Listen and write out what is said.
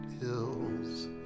hills